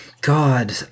god